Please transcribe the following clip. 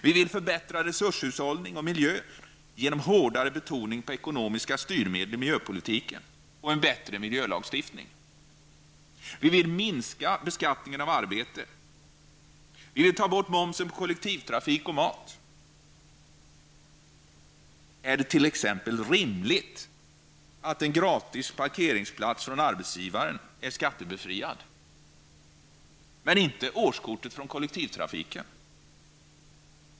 Vi vill förbättra resurshushållning och miljö genom hårdare betoning på ekonomiska styrmedel i miljöpolitiken och en bättre miljölagstiftning. -- Vi vill minska beskattningen av arbete. -- Vi vill ta bort momsen på kollektivtrafik och mat. Är det t.ex. rimligt att en gratis parkeringsplats från arbetsgivaren är skattebefriad men inte årskortet på kollektivtrafiken.